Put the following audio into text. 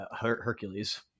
Hercules